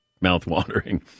mouth-watering